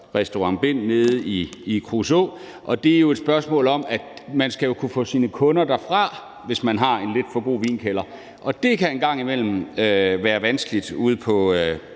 Restaurant Bind nede i Kruså. Det er jo et spørgsmål om, at man skal kunne få sine kunder derfra, hvis man har en lidt for god vinkælder, og det kan en gang imellem være vanskeligt i